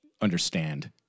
understand